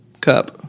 cup